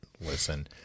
listen